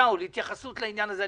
שאול, התייחסות לעניין הזה.